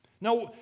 Now